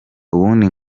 ubundi